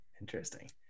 Interesting